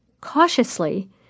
Cautiously